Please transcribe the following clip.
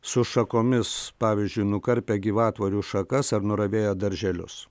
su šakomis pavyzdžiui nukarpę gyvatvorių šakas ar nuravėję darželius